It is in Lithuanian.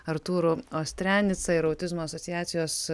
artūru ostrenica ir autizmo asociacijos